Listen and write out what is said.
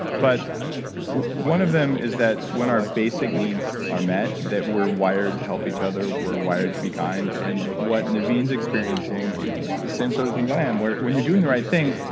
but one of them is that when our basic needs are met that we're wired to help each other. we're wired to be kind and what naveen's experiencing same sort of thing i am. when you're doing the right thing,